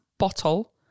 Bottle